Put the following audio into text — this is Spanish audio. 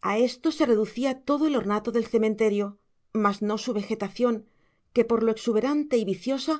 a esto se reducía todo el ornato del cementerio mas no su vegetación que por lo exuberante y viciosa